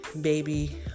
Baby